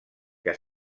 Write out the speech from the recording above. que